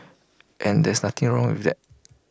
and there's nothing wrong with that